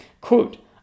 Quote